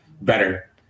better